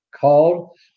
called